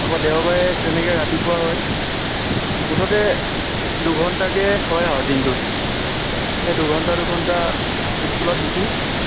আকৌ দেওবাৰে তেনেকৈ ৰাতিপুৱা হয় মুঠতে দুঘণ্টাকৈ হয় আৰু দিনটোত সেই দুঘণ্টা দুঘণ্টা স্কুলত শিকি